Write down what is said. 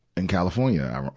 in california, iron,